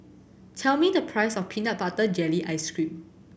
tell me the price of peanut butter jelly ice cream